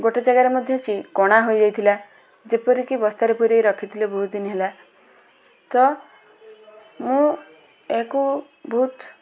ଗୋଟେ ଜାଗାରେ ମଧ୍ୟ ସେ କଣା ହୋଇଯାଇଥିଲା ଯେପରିକି ବସ୍ତାରେ ପୂରାଇ ରଖିଥିଲେ ବହୁତ ଦିନି ହେଲା ତ ମୁଁ ଏହାକୁ ବହୁତ